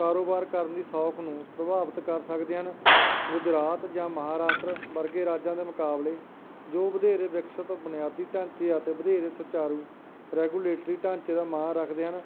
ਕਾਰੋਬਾਰ ਕਰਨ ਦੀ ਸੌਖ ਨੂੰ ਪ੍ਰਭਾਵਿਤ ਕਰ ਸਕਦੇ ਹਨ ਗੁਜਰਾਤ ਜਾਂ ਮਹਾਰਾਸ਼ਟਰ ਵਰਗੇ ਰਾਜਾਂ ਦੇ ਮੁਕਾਬਲੇ ਜੋ ਵਧੇਰੇ ਵਿਕਸਿਤ ਬੁਨਿਆਦੀ ਢਾਂਚੇ ਅਤੇ ਵਧੇਰੇ ਸੁਚਾਰੂ ਰੈਗੂਲੇਟਰੀ ਢਾਂਚੇ ਦਾ ਮਾਣ ਰੱਖਦੇ ਹਨ